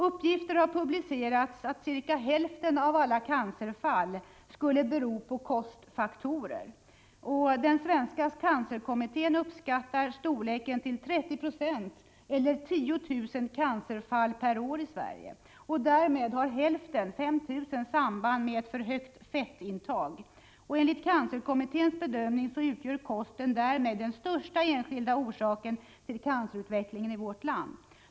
Uppgifter har publicerats att cirka hälften av alla cancerfall skulle bero på kostfaktorer. Den svenska cancerkommittén uppskattar andelen till 30 22, eller 10 000 cancerfall per år i Sverige. Därav har 5 000 samband med för högt fettintag. Enligt cancerkommitténs bedömning utgör kosten den största enskilda orsaken till cancerutvecklingen i vårt land.